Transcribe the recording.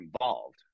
involved